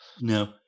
No